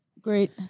great